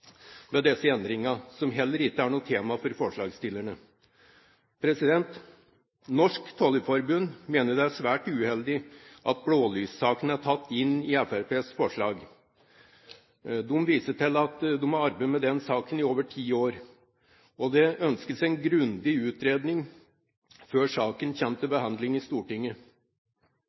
disse endringene, som heller ikke er noe tema for forslagsstillerne. Norsk Tollerforbund mener det er svært uheldig at blålyssaken er tatt inn i Fremskrittspartiets forslag. De viser til at de har arbeidet med den saken i over ti år. Det ønskes en grundig utredning før saken kommer til behandling i Stortinget.